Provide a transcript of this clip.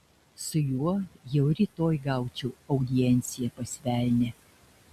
su juo jau rytoj gaučiau audienciją pas velnią